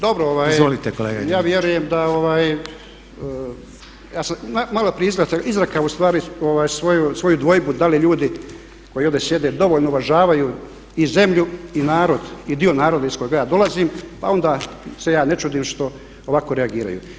Dobro, ja vjerujem da sam maloprije izrekao ustvari svoju dvojbu da li ljudi koji ovdje sjede dovoljno uvažavaju i zemlju i narod i dio naroda iz kojeg ja dolazim pa onda se ja ne čudim što ovako reagiraju.